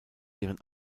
ihren